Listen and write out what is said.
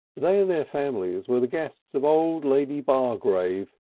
they and their families were the guests of old lady bargrave,